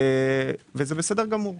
וזה בסדר גמור.